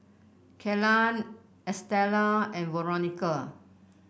Kellan Estella and Veronica